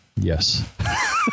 Yes